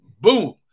boom